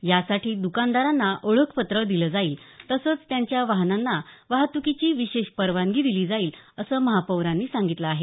यासाठी दुकानदारांना ओळखपत्र दिलं जाईल तसंच त्यांच्या वाहनांना वाहत्कीची विशेष परवानगी दिली जाईल असं महापौरांनी सांगितलं आहे